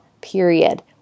period